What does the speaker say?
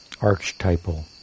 Archetypal